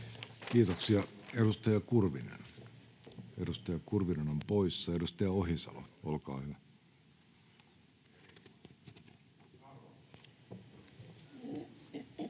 Kurvinen, edustaja Kurvinen on poissa. — Edustaja Ohisalo, olkaa hyvä.